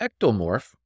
ectomorph